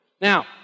Now